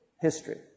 History